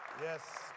Yes